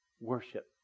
Worship